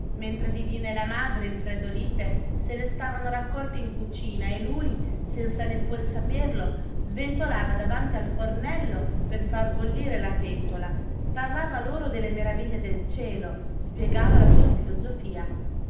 mentre didina e la madre infreddolite se ne stavano raccolte in cucina e lui senza neppure saperlo sventolava davanti al fornello per far bollire la pentola parlava loro delle meraviglie del cielo spiegava la sua filosofia